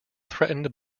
threatened